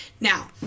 now